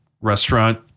restaurant